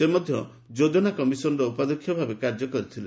ସେ ମଧ୍ୟ ଯୋଜନା କମିଶନର ଉପାଧ୍ୟକ୍ଷ ଭାବେ କାର୍ଯ୍ୟ କରିଥିଲେ